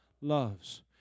Loves